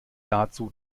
dazu